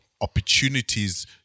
opportunities